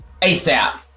ASAP